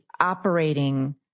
operating